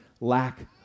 lack